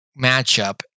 matchup